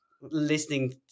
listening